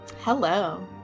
hello